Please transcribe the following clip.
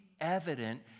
evident